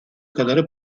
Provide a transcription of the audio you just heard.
kadarı